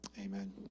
Amen